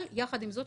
יחד עם זאת,